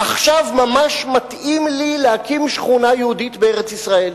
עכשיו ממש מתאים לי להקים שכונה יהודית בארץ-ישראל.